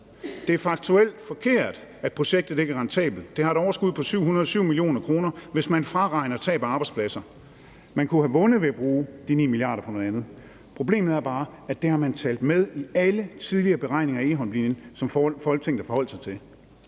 Det er faktuelt forkert, at projektet ikke er rentabelt. Det har overskud på 707 mio. kr., hvis man fraregner tab af arbejdspladser, man kunne have vundet ved at bruge de 9 mia. kr. på noget andet. Problemet er bare, at det har man talt med i alle tidligere beregninger i Egholmlinjen, som Folketinget har forholdt sig til.